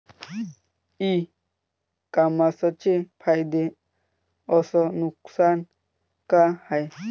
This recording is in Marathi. इ कामर्सचे फायदे अस नुकसान का हाये